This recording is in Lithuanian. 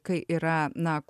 kai yra na